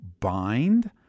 bind